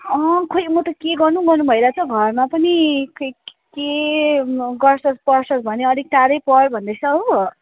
अँ खोई म त के गर्नु गर्नु भइरहेको छ घरमा पनि खोई के गर्छस् पढ्छस् भने अलिक टाढै पढ भन्दैछ हो